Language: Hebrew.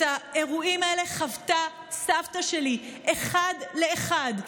את האירועים האלה חוותה סבתא שלי אחד לאחד.